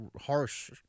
harsh